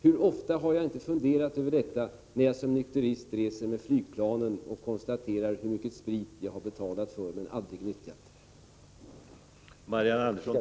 Hur ofta har jag inte funderat över detta när jag som nykterist reser med flygplan och konstaterar hur mycket sprit jag har betalat för men aldrig nyttjat.